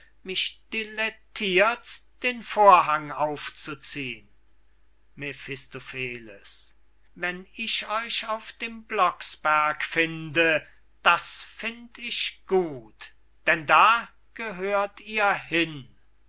den vorhang aufzuziehn mephistopheles wenn ich euch auf dem blocksberg finde das find ich gut denn da gehört ihr hin